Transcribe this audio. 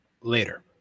later